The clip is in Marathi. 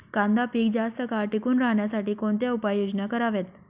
कांदा पीक जास्त काळ टिकून राहण्यासाठी कोणत्या उपाययोजना कराव्यात?